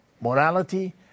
morality